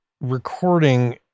recording